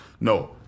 No